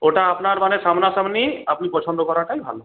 ওটা আপনার মানে সামনাসামনি আপনি পছন্দ করাটাই ভালো